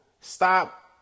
stop